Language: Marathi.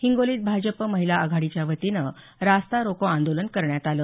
हिंगोलीत भाजप महिला आघाडीच्या वतीने रास्ता रोको आंदोलन करण्यात आलं